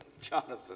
Jonathan